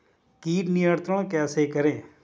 कीट नियंत्रण कैसे करें?